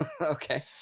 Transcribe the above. Okay